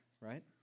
right